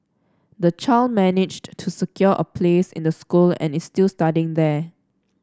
the child managed to secure a place in the school and is still studying there